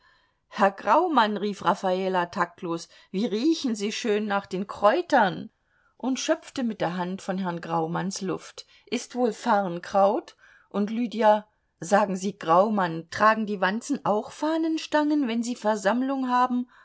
herr graumann rief raffala taktlos wie riechen sie schön nach den kräutern und schöpfte mit der hand von herrn graumanns luft ist wohl farnkraut und lydia sagen sie graumann tragen die wanzen auch fahnenstangen wenn sie versammlung haben